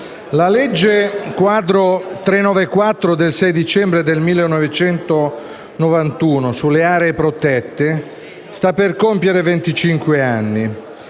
la legge quadro n. 394 del 6 dicembre del 1991 sulle aree protette sta per compiere